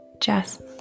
Jess